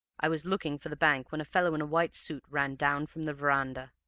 i was looking for the bank when a fellow in a white suit ran down from the veranda.